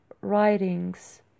writings